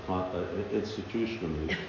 Institutionally